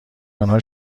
آنها